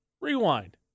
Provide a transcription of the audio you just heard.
rewind